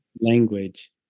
language